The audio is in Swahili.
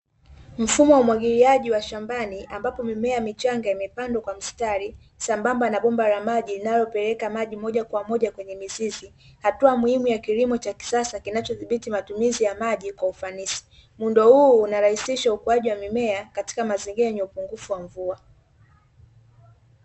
Mfumo wa umwagiliaji wa shambani ambapo mimea michanga imepandwa kwa mstari, sambamba na bomba la maji linalopeleka maji moja kwa moja kwenye mizizi, hatua muhimu ya kilimo cha kisasa, kinacho dhibiti matumizi ya maji kwa ufanisi, muundo huu unarahisisha ukuaji wa mimea, katika mazingira yenye upungufu wa mvua.